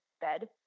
bed